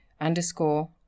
underscore